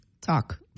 talk